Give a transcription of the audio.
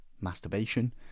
masturbation